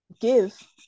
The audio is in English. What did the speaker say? give